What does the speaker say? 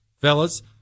Fellas